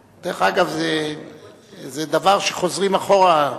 זה דבר, חוזרים אחורה,